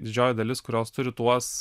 didžioji dalis kurios turi tuos